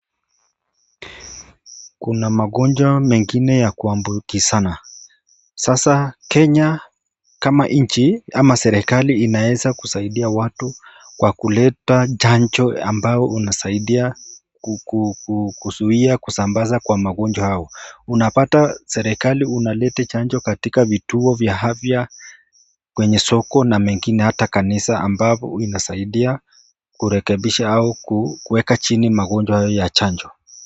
Kuna magonjwa mengine ya kuambukizana, sasa Kenya kama nchi ama serikali inaeza kusaidia watu Kwa kuleta Chanjo ambao inasaidia kuzuia kusambaza Kwa magonjwa haya. Unapata serikali unaleta chanjo katika vituo vya afya kwenye soko na mengine hata kanisa ambapo inasaidia kurekebisha au kueka chini magonjwa ya chanjo.